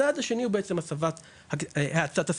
בדצמבר חברת החשמל פרסמה שהיא הולכת לעמוד בלוחות הזמנים,